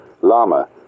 Lama